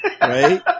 Right